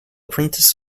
prentiss